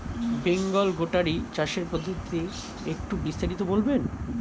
Bengal goatery চাষের পদ্ধতি একটু বিস্তারিত বলবেন?